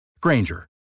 Granger